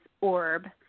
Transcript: orb